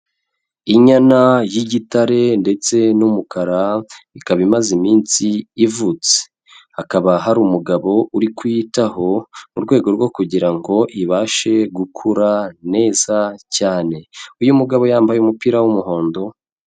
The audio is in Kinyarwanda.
Inyana y'igitare ndetse n'umukara, ikaba imaze iminsi ivutse, hakaba hari umugabo uri kuyitaho, mu rwego rwo kugira ngo ibashe gukura neza cyane, uyu mugabo yambaye umupira w'umuhondo.